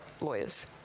lawyers